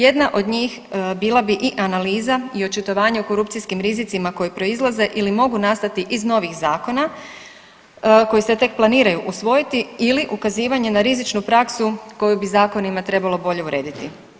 Jedna od njih bila bi i analiza i očitovanje o korupcijskim rizicima koji proizlaze ili mogu nastati iz novih zakona koji se tek planiraju usvojiti ili ukazivanje na rizičnu praksu koju bi zakonima trebalo bolje urediti.